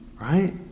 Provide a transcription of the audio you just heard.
right